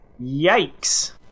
Yikes